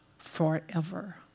forever